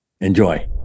Enjoy